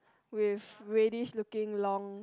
with reddish looking long